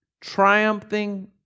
triumphing